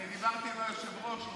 מעולם מעולם מעולם.